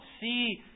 see